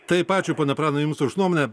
taip ačiū pone pranai jums už nuomonę